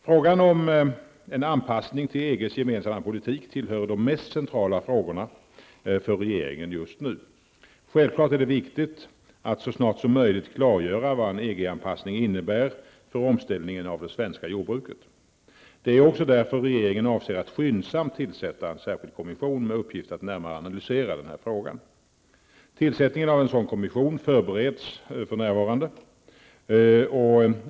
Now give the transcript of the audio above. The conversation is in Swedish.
Frågan om en anpassning till EGs gemensamma politik tillhör de mest centrala frågorna för regeringen just nu. Självfallet är det viktigt att så snart som möjligt klargöra vad en EG-anpassning innebär för omställningen av det svenska jordbruket. Det är också därför regeringen avser att skyndsamt tillsätta en särskild kommission med uppgift att närmare analysera denna fråga. Tillsättningen av en sådan kommission förbereds för närvarande.